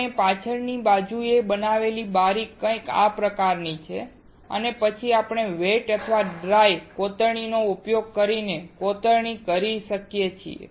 આપણે પાછળની બાજુએ બનાવેલી બારી કંઈક આ પ્રકારની છે અને પછી આપણે વેટ અથવા ડ્રાય કોતરણીનો ઉપયોગ કરીને કોતરણી કરી શકીએ છીએ